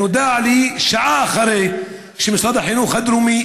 נודע לי אחרי שעה שמשרד החינוך הדרומי